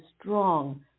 strong